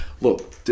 look